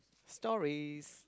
stories